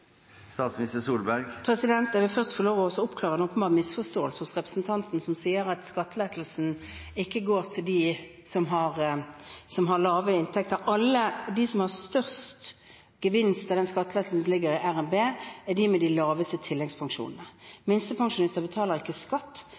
Jeg vil først få lov til å oppklare en åpenbar misforståelse hos representanten som sier at skattelettelsene ikke går til dem som har lave inntekter. Alle de som har størst gevinst av den skattelettelsen som ligger i revidert budsjett, er de med de laveste tilleggspensjonene. Minstepensjonistene betaler ikke skatt,